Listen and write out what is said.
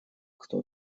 кто